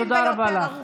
תודה רבה לך.